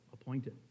appointed